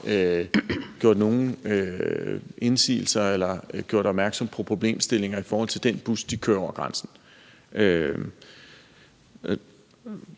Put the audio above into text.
gjort nogen indsigelser eller gjort opmærksom på problemstillinger i forhold til den bus, de kører over grænsen.